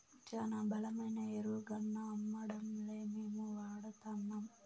శానా బలమైన ఎరువుగాన్నా అమ్మడంలే మేమే వాడతాన్నం